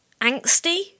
angsty